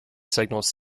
signals